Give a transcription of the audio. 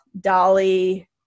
Dolly